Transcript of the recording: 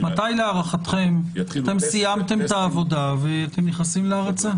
מתי להערכתם אתם סיימתם את העבודה ואתם נכנסים להרצה?